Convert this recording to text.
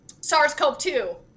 SARS-CoV-2